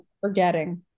forgetting